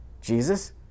Jesus